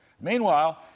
Meanwhile